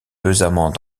pesamment